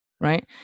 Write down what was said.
right